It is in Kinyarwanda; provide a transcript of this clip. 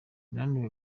yananiwe